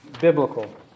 biblical